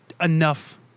Enough